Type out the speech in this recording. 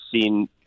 seen